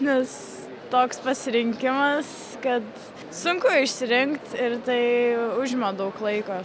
nes toks pasirinkimas kad sunku išsirinkt ir tai užima daug laiko